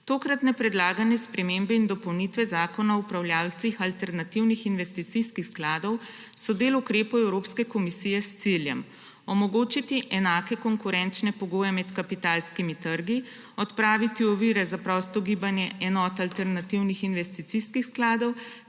Tokratne predlagane spremembe in dopolnitve Zakona o upravljavcih alternativnih investicijskih skladov so del ukrepov Evropske komisije s ciljem: omogočiti enake konkurenčne pogoje med kapitalskimi trgi, odpraviti ovire za prosto gibanje enot alternativnih investicijskih skladov